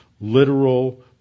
literal